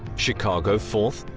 chicago, fourth,